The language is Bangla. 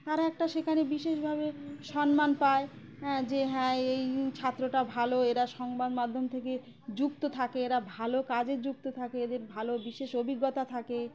তারা একটা সেখানে বিশেষভাবে সম্মান পায় হ্যাঁ যে হ্যাঁ এই ছাত্রটা ভালো এরা সংবাদ মাধ্যম থেকে যুক্ত থাকে এরা ভালো কাজে যুক্ত থাকে এদের ভালো বিশেষ অভিজ্ঞতা থাকে